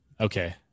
Okay